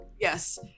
Yes